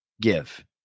give